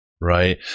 right